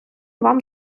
вам